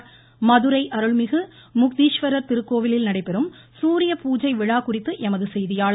Madurai voice Madurai அருள்மிகு முக்தீஸ்வரர் திருக்கோவிலில் நடைபெறும் சூரிய பூஜை விழா குறித்து எமது செய்தியாளர்